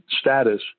status